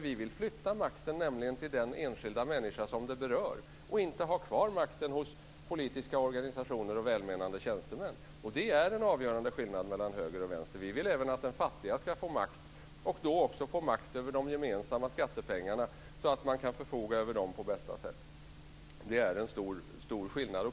Vi vill flytta makten till den enskilda människa som det berör och inte ha kvar makten hos politiska organisationer och välmenande tjänstemän. Det är en avgörande skillnad mellan höger och vänster. Vi vill att även den fattiga ska få makt och då också få makt över de gemensamma skattepengarna så att man kan förfoga över dem på bästa sätt. Det är en stor skillnad.